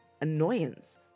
annoyance